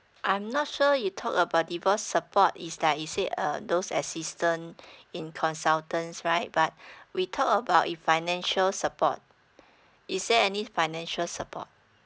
I'm not sure you talk about divorce support is the you said uh those assistance in consultants right but we talk about if financial support is there any financial support